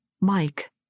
Mike